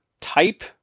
type